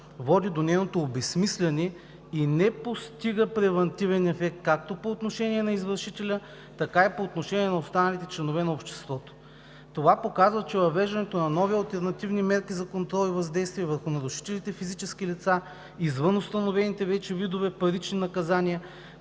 води до нейното обезсмисляне и не постига превантивен ефект както по отношение на извършителя, така и по отношение на останалите членове на обществото. Това показва, че въвеждането на нови алтернативни мерки за контрол и въздействие върху нарушителите – физически лица, извън установените вече видове парични наказания,